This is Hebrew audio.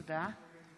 תודה.